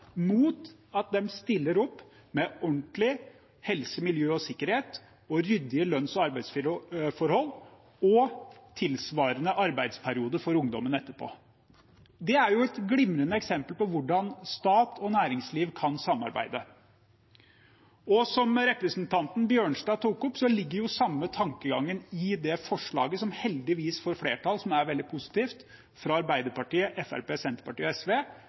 mot at de stiller opp med ordentlig helse, miljø og sikkerhet og ryddige lønns- og arbeidsforhold og en tilsvarende arbeidsperiode for ungdommen etterpå. Det er et glimrende eksempel på hvordan stat og næringsliv kan samarbeide. Som representanten Bjørnstad tok opp, ligger den samme tankegangen i det forslaget som heldigvis får flertall, noe som er veldig positivt, fra Arbeiderpartiet, Fremskrittspartiet, Senterpartiet og SV,